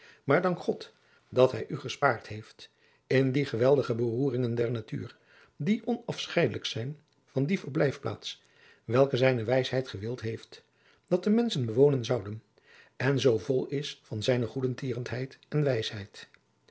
maar dank god dat hij u gespaard heeft in die geweldige beroeringen der natuur die onafscheidelijk zijn van die verblijfplaats welke zijne wijsheid gewild heeft dat de menschen bewonen zouden en zoo vol is van zijne goedertierenheid en wijsheid